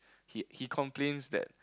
he he complains that